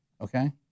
Okay